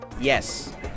Yes